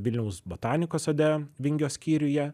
vilniaus botanikos sode vingio skyriuje